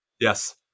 Yes